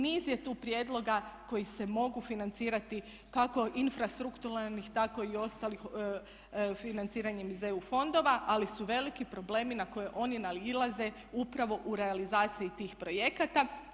Niz je tu prijedloga koji se mogu financirati kako infrastrukturalnih tako i ostalih financiranjem iz EU fondova ali su veliki problemi na koje oni nailaze upravo u realizaciji tih projekata.